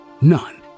None